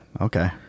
okay